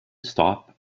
stop